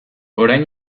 orain